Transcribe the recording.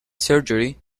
surgery